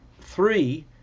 three